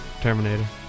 Terminator